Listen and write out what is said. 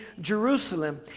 Jerusalem